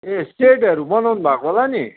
ए सेडहरू बनाउनुभएको होला नि